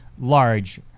large